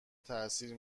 تاثیر